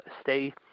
stay